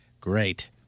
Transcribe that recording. Great